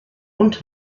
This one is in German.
und